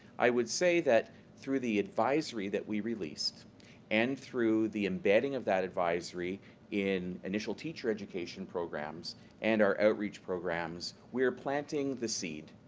i would say that through the advisory that we released and through the embedding of that advisory in initial teacher education programs and our outreach programs, we are planting the seed.